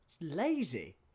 lazy